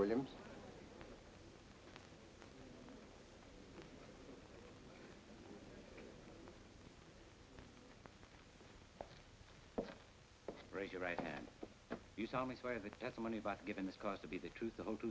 william